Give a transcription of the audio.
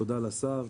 תודה לשר,